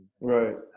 Right